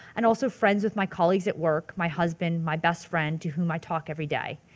and also friends with my colleagues at work, my husband, my best friend to whom i talk every day.